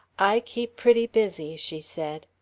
i keep pretty busy, she said.